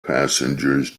passengers